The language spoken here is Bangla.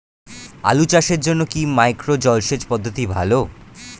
আলু চাষের জন্য কি মাইক্রো জলসেচ পদ্ধতি ভালো?